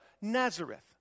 Nazareth